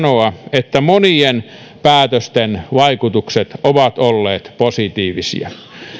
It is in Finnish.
että monien päätösten vaikutukset ovat olleet positiivisia